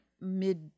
mid